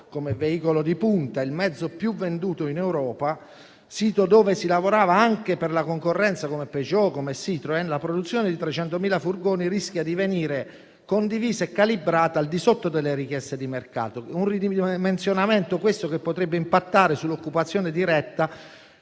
come veicolo di punta, il mezzo più venduto in Europa, sito dove si lavorava anche per la concorrenza con Peugeot e Citroen, la produzione di 300.000 furgoni rischia di venire condivisa e calibrata al di sotto delle richieste di mercato; un ridimensionamento questo che potrebbe impattare sull'occupazione diretta